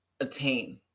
attain